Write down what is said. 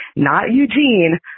not eugene.